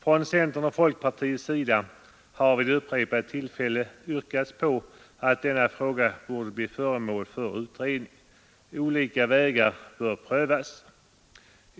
Från centerns och folkpartiets sida har vid upprepade tillfällen yrkats på att denna fråga skulle bli föremål för utredning. Olika vägar bör prövas.